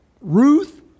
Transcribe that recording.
Ruth